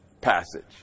passage